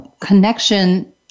connection